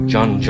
John